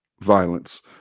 violence